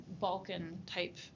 Balkan-type